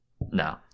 No